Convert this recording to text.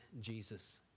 Jesus